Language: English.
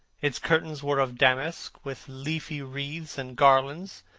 its curtains were of damask, with leafy wreaths and garlands,